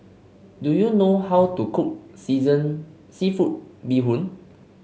do you know how to cook season seafood Bee Hoon